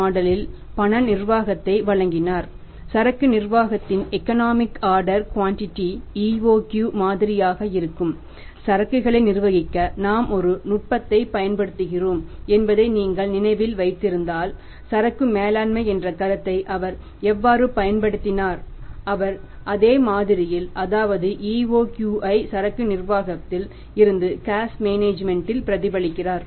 பாமால் இல் பிரதிபலித்தார்